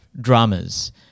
dramas